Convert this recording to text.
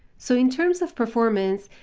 so in terms of performance,